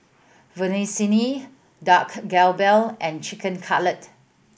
Vermicelli Dak Galbi and Chicken Cutlet